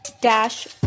dash